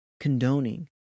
condoning